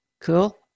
Cool